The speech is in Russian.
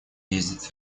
ездит